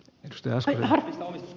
teksti on selvä